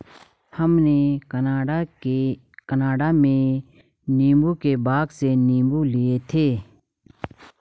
हमने कनाडा में नींबू के बाग से नींबू लिए थे